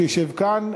שישב כאן.